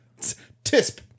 tisp